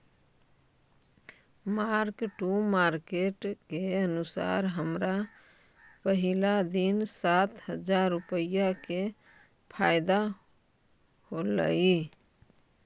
mark to market के अनुसार हमरा पहिला दिन सात हजार रुपईया के फयदा होयलई